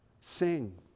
Sing